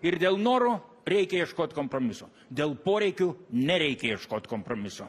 ir dėl norų reikia ieškot kompromisų dėl poreikių nereikia ieškot kompromiso